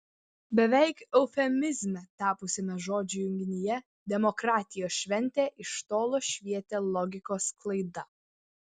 beveik eufemizme tapusiame žodžių junginyje demokratijos šventė iš tolo švietė logikos klaida